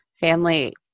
family